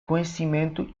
conhecimento